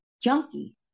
junkie